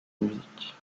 musique